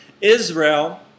Israel